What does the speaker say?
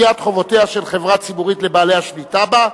דחיית חובותיה של חברה ציבורית לבעלי השליטה בה),